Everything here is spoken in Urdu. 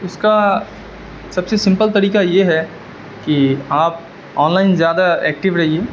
اس کا سب سے سمپل طریقہ یہ ہے کہ آپ آن لائن زیادہ ایکٹو رہیے